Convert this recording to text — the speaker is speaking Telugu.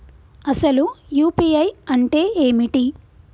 అసలు యూ.పీ.ఐ అంటే ఏమిటి?